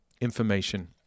information